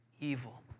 evil